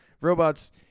robots